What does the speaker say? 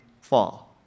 fall